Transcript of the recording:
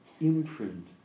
imprint